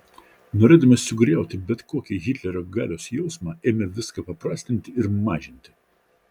norėdami sugriauti bet kokį hitlerio galios jausmą ėmė viską paprastinti ir mažinti